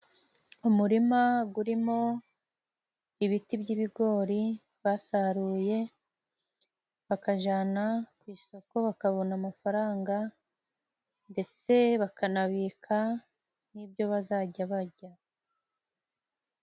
Umurima gumo ibiti by'ibigori basaruye, bakajana ku isoko, bakabona amafaranga ndetse bakanabika nibyo bazajya bajya.